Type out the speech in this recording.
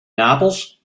napels